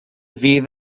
fydd